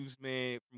Man